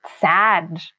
sad